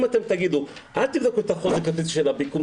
אם אתם תגידו שלא נבדוק את החוזק הפיזי של הפיגום,